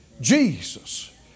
Jesus